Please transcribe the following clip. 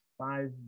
five